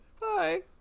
Bye